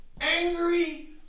angry